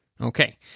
Okay